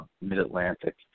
Mid-Atlantic